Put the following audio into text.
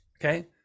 Okay